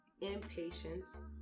impatience